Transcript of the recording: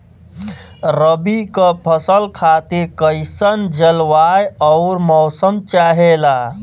रबी क फसल खातिर कइसन जलवाय अउर मौसम चाहेला?